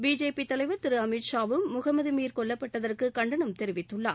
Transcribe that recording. BJP தலைவர் திரு அமித் ஷாவும் முகமது மீர் கொல்லப்பட்டதற்கு கண்டனம் தெரிவித்துள்ளார்